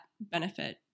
benefit